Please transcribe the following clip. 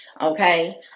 okay